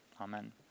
Amen